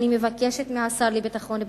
אני מבקשת מהשר לביטחון פנים,